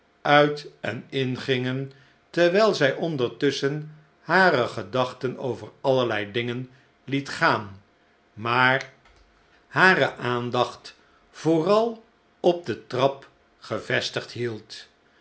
uit en ingingen terwijl zij ondertusschen hare gedachten over allerlei dingen liet gaan maar hare aandacht uitstapje van mevrouw sparsit vooral op de trap gevestigd hield